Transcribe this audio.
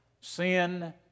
sin